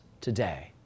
today